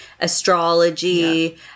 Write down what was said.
astrology